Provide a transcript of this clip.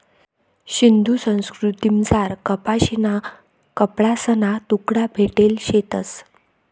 सिंधू संस्कृतीमझार कपाशीना कपडासना तुकडा भेटेल शेतंस